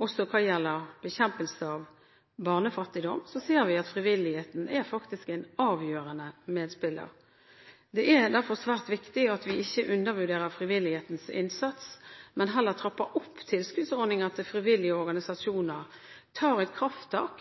også hva gjelder bekjempelse av barnefattigdom, ser er vi at frivilligheten er en avgjørende medspiller. Det er derfor svært viktig ikke å undervurdere frivillighetens innsats, men heller trappe opp tilskuddsordninger til frivillige organisasjoner, og tar et krafttak